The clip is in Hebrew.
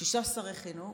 שישה שרי חינוך